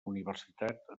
universitat